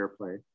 airplay